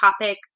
topic